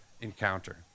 encounter